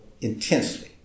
intensely